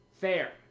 Fair